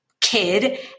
kid